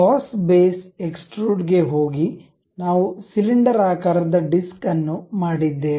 boss base extrude ಗೆ ಹೋಗಿ ನಾವು ಸಿಲಿಂಡರಾಕಾರದ ಡಿಸ್ಕ್ ಅನ್ನು ಮಾಡಿದ್ದೇವೆ